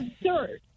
absurd